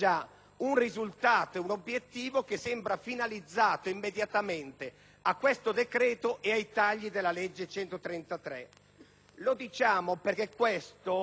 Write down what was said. un risultato ed un obiettivo che sembrano finalizzati immediatamente a questo decreto e ai tagli della legge n. 133 . Lo diciamo perché questo,